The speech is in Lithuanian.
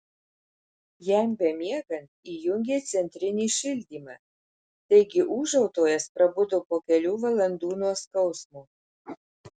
jam bemiegant įjungė centrinį šildymą taigi ūžautojas prabudo po kelių valandų nuo skausmo